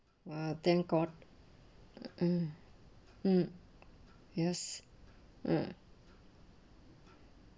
!wah! thank god mm mm yes mm